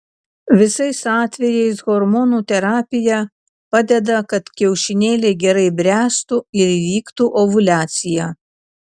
visais atvejais hormonų terapija padeda kad kiaušinėliai gerai bręstų ir įvyktų ovuliacija